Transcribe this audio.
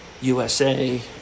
USA